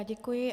Děkuji.